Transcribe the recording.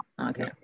Okay